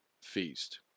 feast